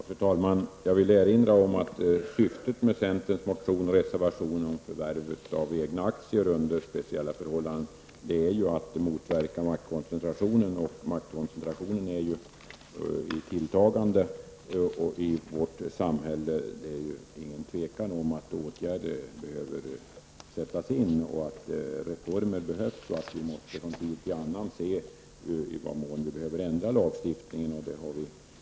Fru talman! Jag vill erinra om att syftet med centerns motion och reservation om förvärv av egna aktier under speciella förhållanden är att motverka maktkoncentrationen. Maktkoncentrationen är i tilltagande i vårt samhälle -- det är därför inget tvivel om att åtgärder behöver sättas in och att reformer behövs. Vi måste från tid till annan se i vad mån vi behöver ändra lagstiftningen.